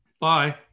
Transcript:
Bye